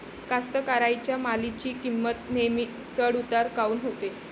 कास्तकाराइच्या मालाची किंमत नेहमी चढ उतार काऊन होते?